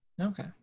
Okay